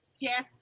Yes